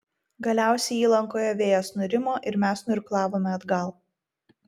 galiausiai įlankoje vėjas nurimo ir mes nuirklavome atgal